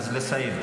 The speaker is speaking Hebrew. אז לסיים.